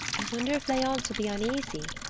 i wonder if leonce will be uneasy!